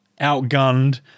outgunned